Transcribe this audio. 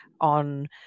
on